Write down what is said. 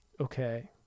okay